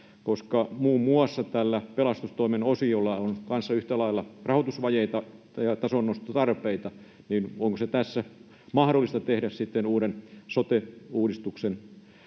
koska muun muassa tällä pelastustoimen osiolla on yhtä lailla rahoitusvajeita ja tasonnostotarpeita, niin että onko se tässä mahdollista tehdä sitten uuden sote-uudistuksen